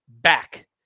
back